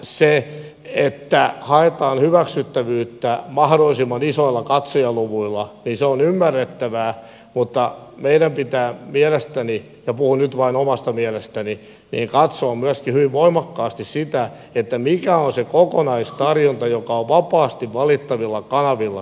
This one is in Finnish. se että haetaan hyväksyttävyyttä mahdollisimman isoilla katsojaluvuilla on ymmärrettävää mutta meidän pitää mielestäni ja puhun nyt vain omasta mielestäni katsoa myöskin hyvin voimakkaasti sitä mikä on se kokonaistarjonta joka on vapaasti valittavilla kanavilla saatavilla